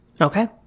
Okay